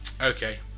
Okay